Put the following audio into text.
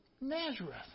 Nazareth